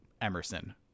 emerson